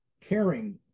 caring